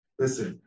listen